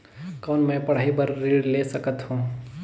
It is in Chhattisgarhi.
कौन मै पढ़ाई बर भी ऋण ले सकत हो?